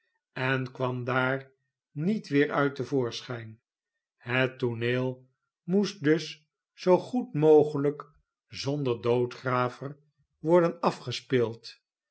en kwam daar niet weer uit te voorschijn het tooneel moest jozef grimaldi dus zoo goed mogelijk zonder doodgraver worden afgespeeld